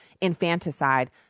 infanticide